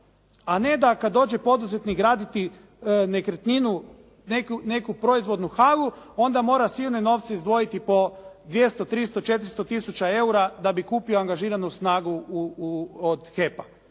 a ne da kada dođe poduzetnik graditi nekretninu, neku proizvodnu halu onda mora silne novce izdvojiti po 200, 300, 400 tisuća eura da bi kupio angažiranu snagu od HEP-a.